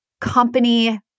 company